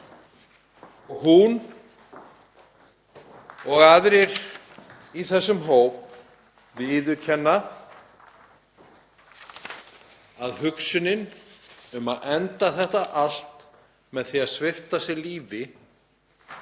mig. Hún og aðrir í þessum hópi viðurkenna að hugsunin um að enda þetta allt með því að svipta sig lífi